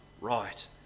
right